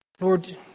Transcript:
Lord